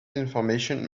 information